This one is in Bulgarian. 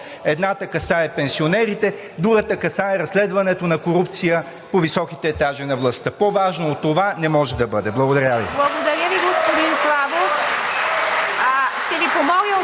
едната касае пенсионерите, другата касае разследването на корупция по-високите етажи на властта. По-важно от това не може да бъде! Благодаря Ви.